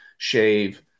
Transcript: Shave